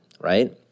Right